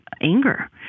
anger